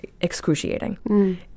excruciating